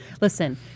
Listen